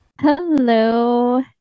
Hello